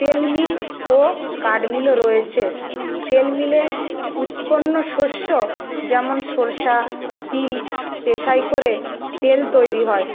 তেল মিল ও কাঠ মিলও রয়েছে তেল মিলে উৎপন্ন শস্য যেমন সরষে তিল পেষাই করে তেল তৈরি হয়